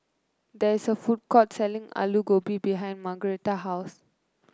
there is a food court selling Alu Gobi behind Margaretta's house